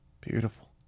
Beautiful